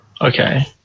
okay